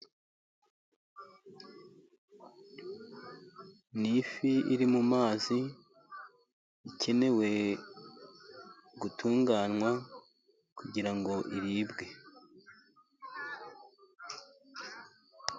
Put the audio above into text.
Ni ifi iri mu mazi, ikeneye gutunganywa kugira ngo iribwe.